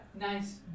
nice